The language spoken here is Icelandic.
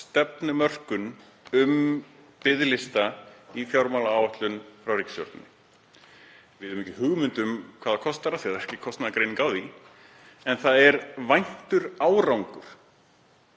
stefnumörkun um biðlista í fjármálaáætlun frá ríkisstjórninni. Við höfum ekki hugmynd um hvað það kostar af því að það er ekki kostnaðargreining á því, en það er væntur árangur